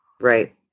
Right